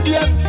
Yes